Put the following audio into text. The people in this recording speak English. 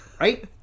Right